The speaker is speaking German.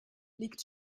liegt